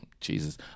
Jesus